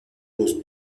los